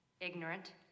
Ignorant